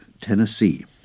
Tennessee